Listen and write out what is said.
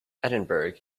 edinburgh